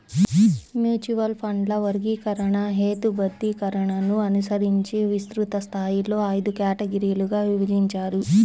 mutual ఫండ్ల వర్గీకరణ, హేతుబద్ధీకరణను అనుసరించి విస్తృత స్థాయిలో ఐదు కేటగిరీలుగా విభజించారు